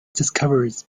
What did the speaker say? discoveries